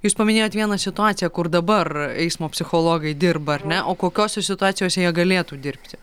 jūs paminėjot vieną situaciją kur dabar eismo psichologai dirba ar ne o kokiose situacijose jie galėtų dirbti